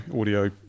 audio